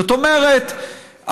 זאת אומרת,